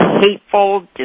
hateful